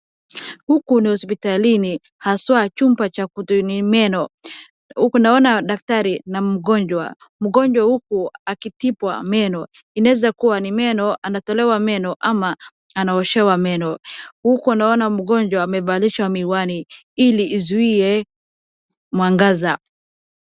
Huku ni hospitalini, haswaa chumba cha kutoa meno, naona daktari na mgonjwa, mgonjwa huku akitibiwa meno, inaeza kuwa anatolewa meno ama anaoshewa meno huku naona mgonjwa amevalishwa miwani ili izuie mwangaza.